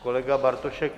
Kolega Bartošek.